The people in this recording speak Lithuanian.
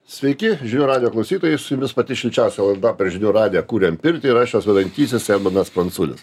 sveiki žinių radijo klausytojai su jumis pati šilčiausia laida per žinių radiją kuriam pirtį ir aš jos vedantysis edmundas panculis